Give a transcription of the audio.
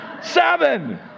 Seven